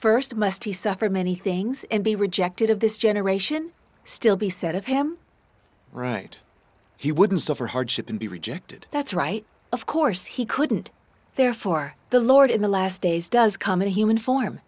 could st must he suffered many things and be rejected of this generation still be said of him right he wouldn't suffer hardship and be rejected that's right of course he couldn't therefore the lord in the last days does come in human form